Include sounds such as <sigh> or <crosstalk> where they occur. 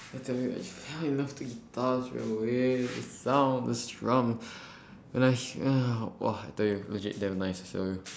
I tell you I ju~ I love the guitar the wave the sound the strum <breath> and !whoa! I tell you legit damn nice I tell you